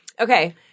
Okay